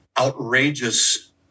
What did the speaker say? outrageous